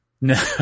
No